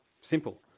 Simple